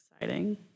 exciting